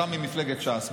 ואתה ממפלגת ש"ס,